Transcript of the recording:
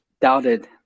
doubted